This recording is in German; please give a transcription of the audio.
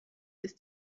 ist